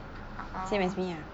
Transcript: orh